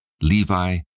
Levi